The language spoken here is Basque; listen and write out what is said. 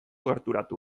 gerturatu